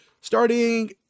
starting